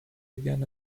again